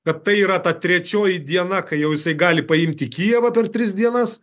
kad tai yra ta trečioji diena kai jau jisai gali paimti kijevą per tris dienas